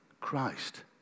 Christ